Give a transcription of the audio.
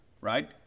right